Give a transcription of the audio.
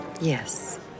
Yes